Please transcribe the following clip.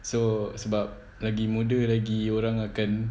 so sebab lagi muda lagi orang akan